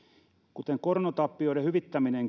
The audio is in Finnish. kuten koronatappioiden hyvittäminen